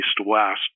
east-west